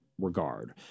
regard